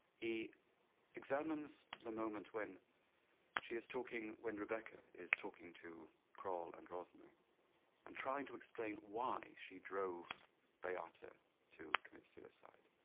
he examines the moment when she is talking, when rebecca is talking to kroll and rosmer and trying to explain why she drove beata to commit suicide.